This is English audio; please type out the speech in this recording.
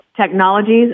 technologies